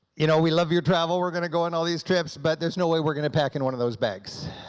you know we love your travel, we're going to go on all these trips, but there's no way we're going to pack in one of those bags.